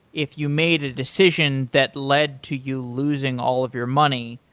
if you made a decision that led to you losing all of your money,